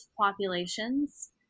populations